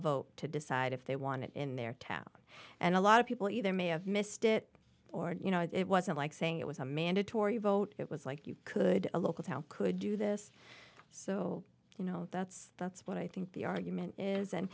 vote to decide if they wanted it in their town and a lot of people either may have missed it or you know it wasn't like saying it was a mandatory vote it was like you could a local town could do this so you know that's that's what i think the argument is and